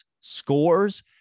scores